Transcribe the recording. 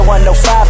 105